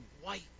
white